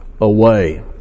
away